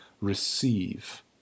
receive